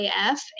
AF